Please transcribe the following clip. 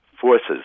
forces